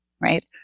right